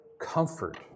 comfort